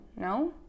no